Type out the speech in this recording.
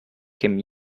came